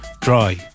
Dry